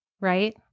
right